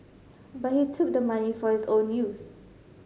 but he took the money for his own use